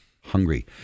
hungry